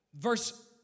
Verse